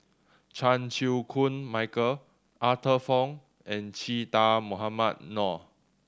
Chan Chew Koon Michael Arthur Fong and Che Dah Mohamed Noor